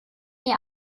ihr